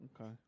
okay